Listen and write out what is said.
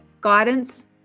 guidance